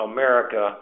America